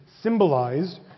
symbolized